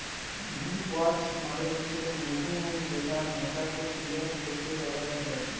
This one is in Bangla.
বী ওয়াক্স মালে হছে মধুমম যেটা মচাকের দিয়াল থ্যাইকে বালাল হ্যয়